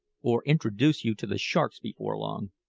or introduce you to the sharks before long.